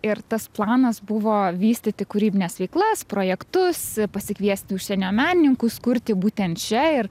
ir tas planas buvo vystyti kūrybines veiklas projektus pasikviesti užsienio menininkus kurti būtent čia ir